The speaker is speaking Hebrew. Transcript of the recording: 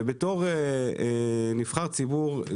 בתור נבחר ציבור,